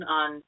on